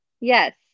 Yes